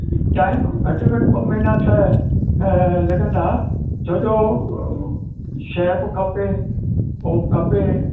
time घटि में घटि ॿ महिना त लॻंदा छोजो शइ बि खपे उहो खपे